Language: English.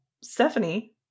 Stephanie